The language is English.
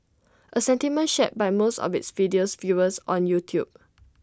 A sentiment shared by most of its video's viewers on YouTube